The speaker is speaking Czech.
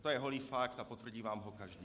To je holý fakt a potvrdí vám ho každý.